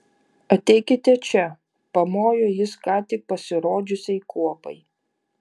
ateikite čia pamojo jis ką tik pasirodžiusiai kuopai